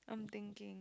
I'm thinking